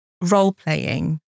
role-playing